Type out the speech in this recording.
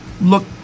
look